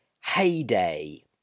heyday